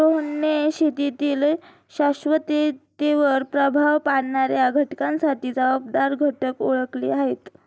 रोहनने शेतीतील शाश्वततेवर प्रभाव पाडणाऱ्या घटकांसाठी जबाबदार घटक ओळखले आहेत